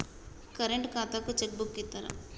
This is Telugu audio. కరెంట్ ఖాతాకు చెక్ బుక్కు ఇత్తరా?